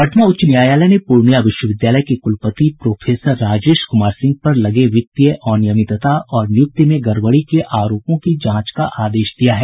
पटना उच्च न्यायालय ने पूर्णिया विश्वविद्यालय के कुलपति प्रोफेसर राजेश कुमार सिंह पर लगे वित्तीय अनियमितता और निय्क्ति में गड़बड़ी के आरोपों की जांच का आदेश दिया है